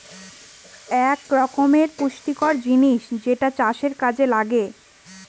এক রকমের পুষ্টিকর জিনিস যেটা চাষের কাযে লাগে